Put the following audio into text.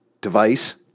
device